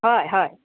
হয় হয়